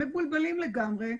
מבולבלים לגמרי,